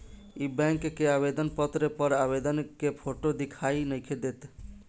इ बैक के आवेदन पत्र पर आवेदक के फोटो दिखाई नइखे देत